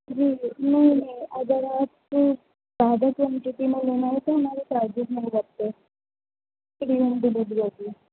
جی جی نہیں نہیں اگر آپ زیادہ سے ہم سے قیمت لینا ہے تو ہمارے پاس نہیں رکھتے فری ہوم ڈلیوری ہوتی ہے